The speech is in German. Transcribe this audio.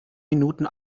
minuten